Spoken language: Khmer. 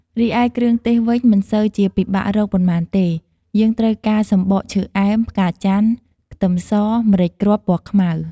រីឯគ្រឿងទេសវិញមិនសូវជាពិបាករកប៉ុន្មានទេ យើងត្រូវការសំបកឈើអែម ផ្កាចន្ទន៍ ខ្ទឹមស ម្រេចគ្រាប់ពណ៌ខ្មៅ។